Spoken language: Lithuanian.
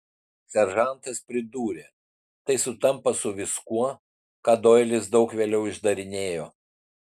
seržantas pridūrė tai sutampa su viskuo ką doilis daug vėliau išdarinėjo